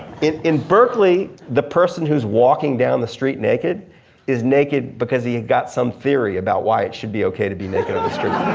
in berkeley, the person who's walking down the street naked is naked because he and got some theory about why it should be okay to be naked on the street.